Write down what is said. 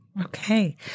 Okay